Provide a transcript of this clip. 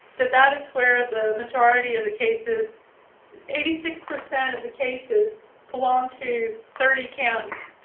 that that is where the majority of the cases eighty six percent of the cases belong to thirty counties,